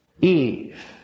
Eve